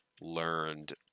learned